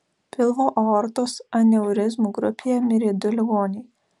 pilvo aortos aneurizmų grupėje mirė du ligoniai